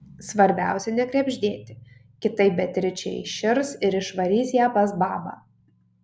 svarbiausia nekrebždėti kitaip beatričė įširs ir išvarys ją pas babą